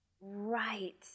Right